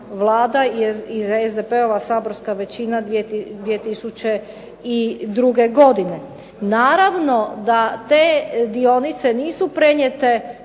vlada i SDP-ova saborska većina 2002. godine. Naravno da te dionice nisu prenijete